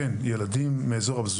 אבל אנחנו מצפים שכן ילדים מאזור הפזורה